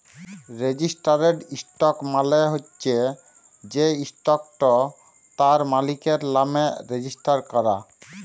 registered stock মালে হচ্যে যে ইসটকট তার মালিকের লামে রেজিস্টার ক্যরা